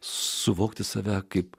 suvokti save kaip